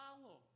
follow